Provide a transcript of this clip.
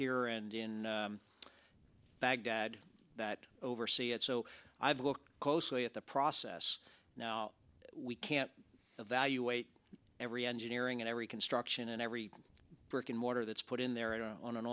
here and in baghdad that oversee it so i've looked closely at the process now we can't evaluate every engineering and every construction and every brick and mortar that's put in there on an